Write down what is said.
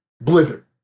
Blizzard